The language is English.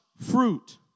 fruit